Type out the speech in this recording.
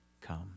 come